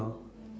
no